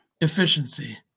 efficiency